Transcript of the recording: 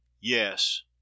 Yes